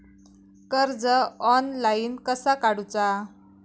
कर्ज ऑनलाइन कसा काडूचा?